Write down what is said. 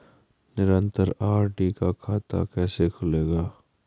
निरन्तर आर.डी का खाता कैसे खुलेगा?